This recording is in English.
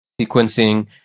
Sequencing